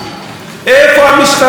איפה המשטרה?